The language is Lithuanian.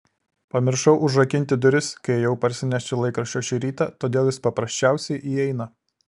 pamiršau užrakinti duris kai ėjau parsinešti laikraščio šį rytą todėl jis paprasčiausiai įeina